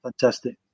Fantastic